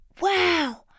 Wow